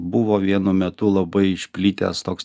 buvo vienu metu labai išplitęs toks